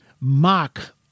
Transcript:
mock